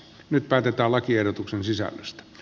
nyt päätetään lakiehdotuksen sisällöstä